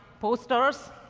posters,